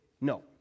no